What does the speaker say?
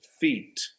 feet